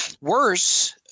worse